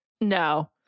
No